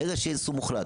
ברגע שיהיה איסור מוחלט,